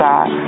God